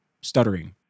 stuttering